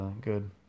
good